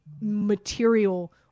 material